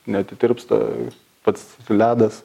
neatitirpsta pats ledas